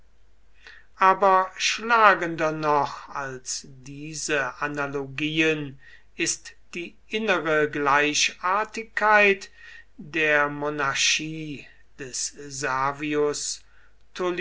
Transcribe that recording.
aber schlagender noch als diese analogien ist die innere gleichartigkeit der monarchie des